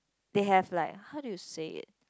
they have like how do you say it